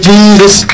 Jesus